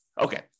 Okay